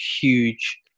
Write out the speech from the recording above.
huge